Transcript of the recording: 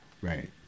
Right